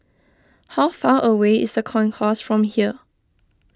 how far away is the Concourse from here